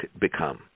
become